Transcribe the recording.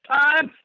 time